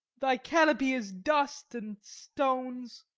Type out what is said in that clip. thy canopy is dust and stones!